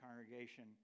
congregation